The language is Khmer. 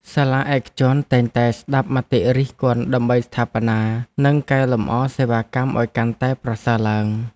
សាលាឯកជនតែងតែស្តាប់មតិរិះគន់ដើម្បីស្ថាបនានិងកែលម្អសេវាកម្មឱ្យកាន់តែប្រសើរឡើង។